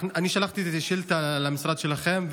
אני שלחתי שאילתה למשרד שלכם,